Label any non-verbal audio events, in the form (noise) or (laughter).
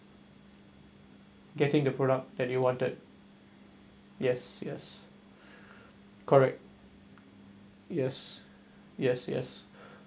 getting the product that you wanted yes yes correct yes yes yes (breath)